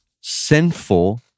sinful